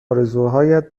آرزوهایت